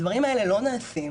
הדברים האלה לא נעשים,